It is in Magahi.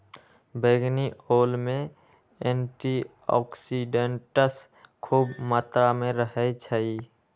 बइगनी ओल में एंटीऑक्सीडेंट्स ख़ुब मत्रा में रहै छइ